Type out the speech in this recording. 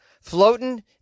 floating